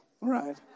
right